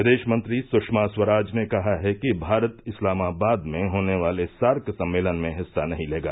विदेश मंत्री सुषमा स्वराज ने कहा है कि भारत इस्लामाबाद में होने वाले सार्क सम्मेलन में हिस्सा नहीं लेगा